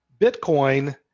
Bitcoin